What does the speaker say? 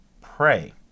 pray